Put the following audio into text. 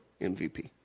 MVP